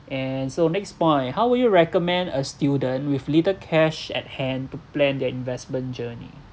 and so next point how will you recommend a student with little cash at hand to plan their investment journey